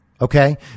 okay